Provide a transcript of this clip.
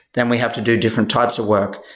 then we have to do different types of work.